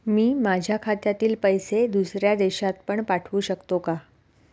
मी माझ्या खात्यातील पैसे दुसऱ्या देशात पण पाठवू शकतो का?